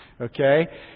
Okay